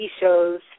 shows